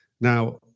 Now